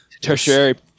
Tertiary